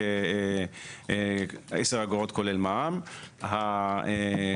ההצעה כרגע היא להגדיל את סכום התקרה הזאת מ-60 אגורות לשקל אחד.